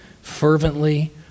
fervently